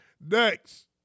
next